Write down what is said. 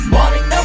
Morning